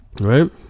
Right